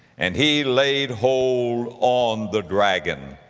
and he laid hold on the dragon,